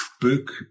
book